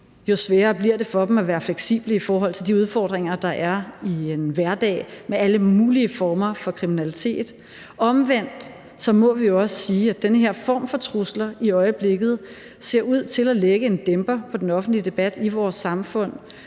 jo sværere bliver det for dem at være fleksible i forhold til de udfordringer, der er i en hverdag med alle mulige former for kriminalitet. Omvendt må vi jo også sige, at den her form for trusler i øjeblikket ser ud til at lægge en dæmper på den offentlige debat i vores samfund.